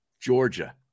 Georgia